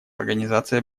организации